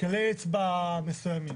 כללי אצבע מסוימים.